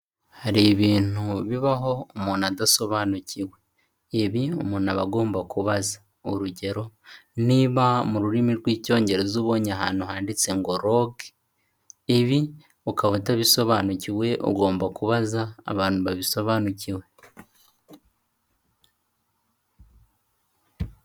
Hari ibintu bibaho umuntu adasobanukiwe, ibi umuntu aba agomba kubaza, urugero niba mu rurimi rw'icyongereza ubonye ahantu handitse ngo roge, ibi ukaba atabisobanukiwe ugomba kubaza abantu babisobanukiwe.